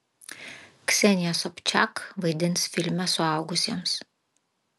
ksenija sobčak vaidins filme suaugusiems